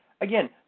again